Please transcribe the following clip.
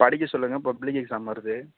படிக்கச் சொல்லுங்கள் public exam வருது